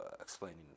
explaining